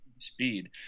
speed